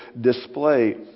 display